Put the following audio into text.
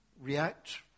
react